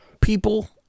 people